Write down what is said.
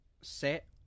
set